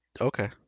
Okay